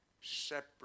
separate